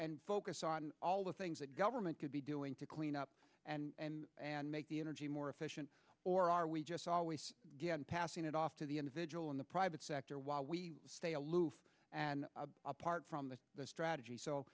and focus on all the things that government could be doing to clean up and and make the energy more efficient or are we just always passing it off to the individual in the private sector while we stay aloof and apart from the strategy